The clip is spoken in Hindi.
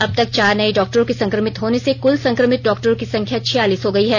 अब तक चार नये डॉक्टरों के संक्रमित होने से कुल संक्रमित डॉक्टरों की संख्या छियालीस हो गयी है